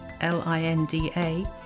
L-I-N-D-A